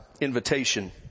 invitation